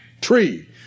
tree